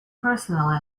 personal